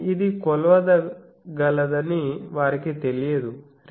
కాని ఇది కొలవగలదని వారికి తెలియదు